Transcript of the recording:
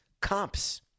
comps